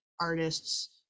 artists